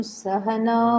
sahana